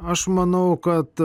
aš manau kad